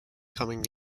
coming